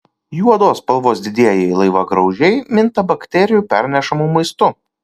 juodos spalvos didieji laivagraužiai minta bakterijų pernešamu maistu